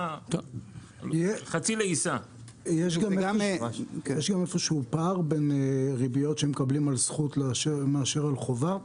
יש גם איפה שהוא פער בין ריביות שמקבלים על זכות מאשר על חובה?